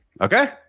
Okay